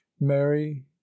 Mary